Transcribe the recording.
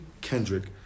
Kendrick